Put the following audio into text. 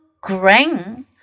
green